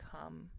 come